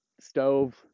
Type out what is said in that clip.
stove